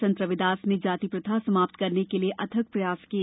संत रविदास ने जाति प्रथा समाप्त करने के लिए अथक प्रयास किए